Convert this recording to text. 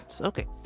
Okay